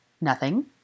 Nothing